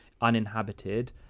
uninhabited